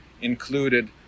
included